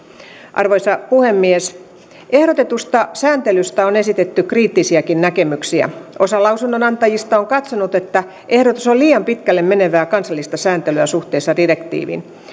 arvoisa puhemies ehdotetusta sääntelystä on esitetty kriittisiäkin näkemyksiä osa lausunnonantajista on katsonut että ehdotus on liian pitkälle menevää kansallista sääntelyä suhteessa direktiiviin